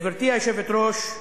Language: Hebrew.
גברתי היושבת-ראש,